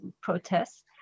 protests